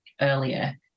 earlier